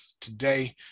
today